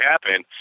happen